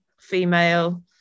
female